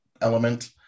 element